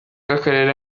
bw’akarere